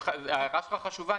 ההערה שלך חשובה,